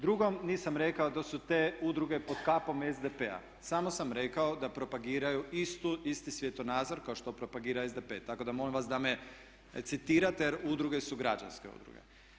Drugo, nisam rekao da su te udruge pod kapom SDP-a, samo sam rekao da propagiraju istu, isti svjetonazor kao što propagira SDP tako da molim vas da me citirate jer udruge su građanske udruge.